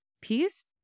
peace